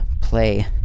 play